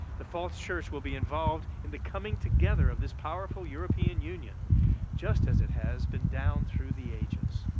the false church will be involved in the coming together of this powerful european union just as it has been down through the ages.